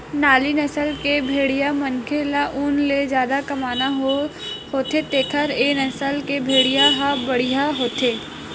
नाली नसल के भेड़िया मनखे ल ऊन ले जादा कमाना होथे तेखर ए नसल के भेड़िया ह बड़िहा होथे